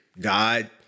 God